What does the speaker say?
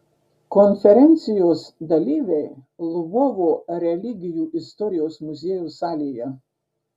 konferencijos dalyviai lvovo religijų istorijos muziejaus salėje